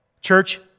Church